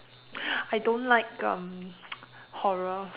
I don't like um horror